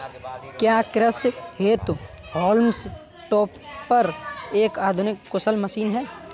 क्या कृषि हेतु हॉल्म टॉपर एक आधुनिक कुशल मशीन है?